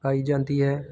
ਪਾਈ ਜਾਂਦੀ ਹੈ